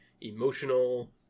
emotional